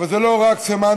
אבל זה לא רק סמנטי: